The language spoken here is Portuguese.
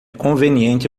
conveniente